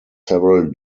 several